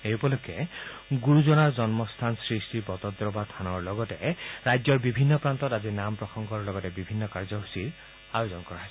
এই উপলক্ষে গুৰুজনাৰ জন্মস্থান শ্ৰীশ্ৰীবটদ্ৰৱা থানৰ লগতে ৰাজ্যৰ বিভিন্ন প্ৰান্তত আজি নাম প্ৰসংগৰ লগতে বিভিন্ন কাৰ্যসূচীৰ আয়োজন কৰা হৈছে